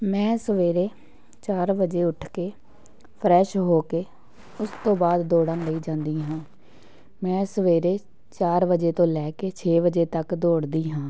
ਮੈਂ ਸਵੇਰੇ ਚਾਰ ਵਜੇ ਉੱਠ ਕੇ ਫਰੈਸ਼ ਹੋ ਕੇ ਉਸ ਤੋਂ ਬਾਅਦ ਦੌੜਨ ਲਈ ਜਾਂਦੀ ਹਾਂ ਮੈਂ ਸਵੇਰੇ ਚਾਰ ਵਜੇ ਤੋਂ ਲੈ ਕੇ ਛੇ ਵਜੇ ਤੱਕ ਦੌੜਦੀ ਹਾਂ